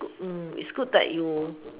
mm it's good that you